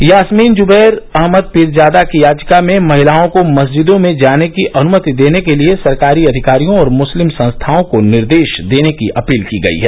यासमीन जुबैर अहमद पीरजादा की याचिका में महिलाओं को मस्जिदों में जाने की अनुमति देने के लिए सरकारी अधिकारियों और मुस्लिम संस्थाओं को निर्देश देने की अपील की गई है